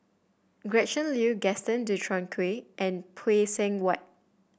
Gretchen Liu Gaston Dutronquoy and Phay Seng Whatt